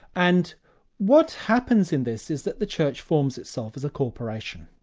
and what happens in this is that the church forms itself as a corporation.